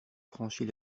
franchit